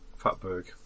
Fatberg